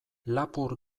lapur